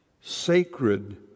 sacred